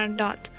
dot